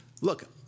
Look